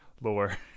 lore